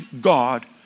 God